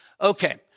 Okay